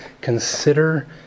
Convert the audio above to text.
Consider